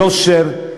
יושר,